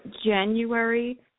January